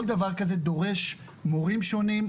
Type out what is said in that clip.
כל דבר כזה דורש מורים שונים,